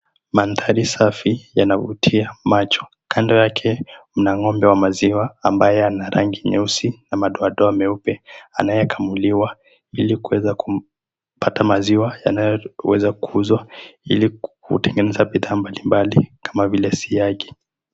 Maandhari safi yanavutia macho. Kando yake mna ng'ombe wa maziwa ambaye ana rangi nyeusi na madoadoa meupe anayekamuliwa ilikuweza kupata maziwa yanayoweza kuuzwa ilikutengeneza bidhaa mbalimbali kama vile siagi.